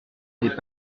des